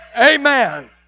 Amen